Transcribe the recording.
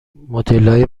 مدلای